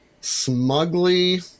smugly